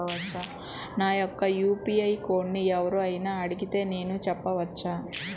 నా యొక్క యూ.పీ.ఐ కోడ్ని ఎవరు అయినా అడిగితే నేను చెప్పవచ్చా?